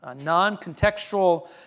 non-contextual